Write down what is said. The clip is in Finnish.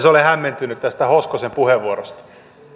olen hämmentynyt tästä hoskosen puheenvuorosta